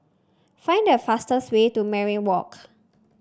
find the fastest way to Mariam Walk